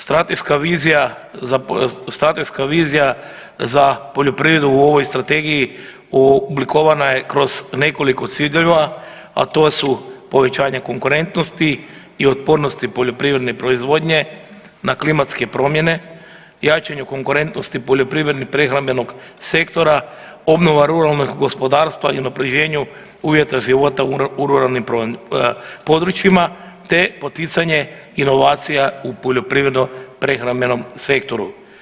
Strateška vizija za poljoprivredu u ovoj strategiji oblikovana je kroz nekoliko ciljeva, a to su povećanje konkurentnosti i otpornosti poljoprivredne proizvodnje na klimatske promjene, jačanju konkurentnosti poljoprivredno prehrambenog sektora, obnova ruralnog gospodarstva i unapređenju uvjeta života u ruralnim područjima te poticanje inovacija u poljoprivredno prehrambenom sektoru.